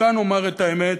כאן, אומר את האמת,